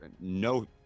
no